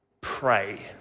Pray